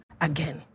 again